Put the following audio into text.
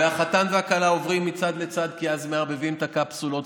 והחתן והכלה עוברים מצד לצד ואז מערבבים את הקפסולות,